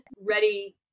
ready